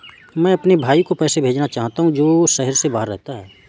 मैं अपने भाई को पैसे भेजना चाहता हूँ जो शहर से बाहर रहता है